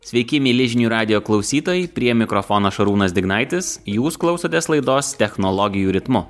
sveiki mieli žinių radijo klausytojai prie mikrofono šarūnas dignaitis jūs klausotės laidos technologijų ritmu